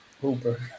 Hooper